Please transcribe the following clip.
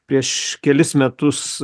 prieš kelis metus